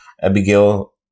abigail